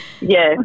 Yes